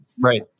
Right